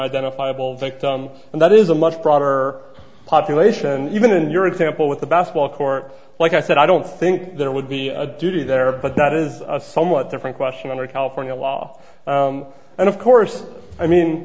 identifiable victim and that is a love for our population even in your example with the basketball court like i said i don't think there would be a duty there but not as a somewhat different question under california law and of course i mean